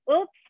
oops